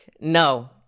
No